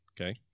Okay